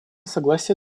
согласие